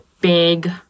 big